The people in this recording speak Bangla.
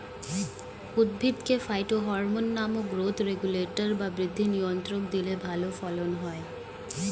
উদ্ভিদকে ফাইটোহরমোন নামক গ্রোথ রেগুলেটর বা বৃদ্ধি নিয়ন্ত্রক দিলে ভালো ফলন হয়